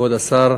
כבוד השר,